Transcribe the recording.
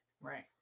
Right